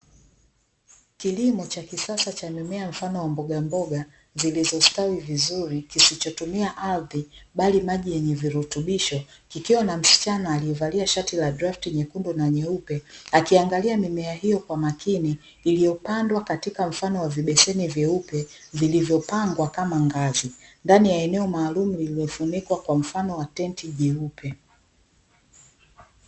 Kilimo cha kisasa cha mimea mfano wa mbogamboga zilizositawi vizuri, kisichotumia ardhi bali maji yenye virutubisho, kikiwa na msichana aliyevalia shati la drafti nyekundu na nyeupe, akiangalia mimea hiyo kwa makini, iliyopandwa katika mfano wa vibeseni vyeupe vilivyopangwa kama ngazi, ndani ya eneo maalumu lililofunikwa kwa mfano wa tenti jeupe.